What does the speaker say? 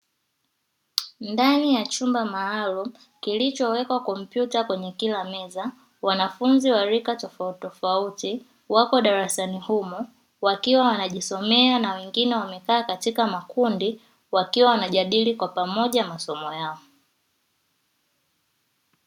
Ndani ya chumba maalumu kilichowekwa kompyuta kwenye kila meza, wanafunzi wa rika tofautitofauti wako darasani humo wakiwa wanajisomea, na wengine wamekaa katika makundi wakiwa wanajadili kwa pamoja masomo yao.